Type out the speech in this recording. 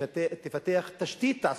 שתפתח תשתית תעסוקתית,